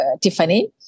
Tiffany